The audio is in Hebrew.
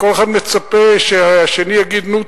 כל אחד מצפה שהשני יגיד: נו,